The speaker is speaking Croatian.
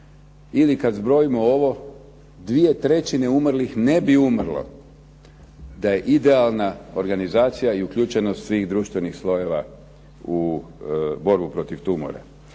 Ili kada zbrojimo ovo 2/3 ovih ne bi umrlo da je idealna organizacija i uključenost svih društvenih slojeva u borbu protiv tumora